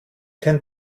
kein